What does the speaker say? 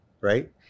Right